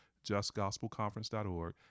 justgospelconference.org